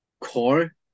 core